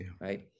right